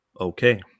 okay